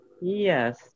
Yes